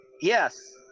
Yes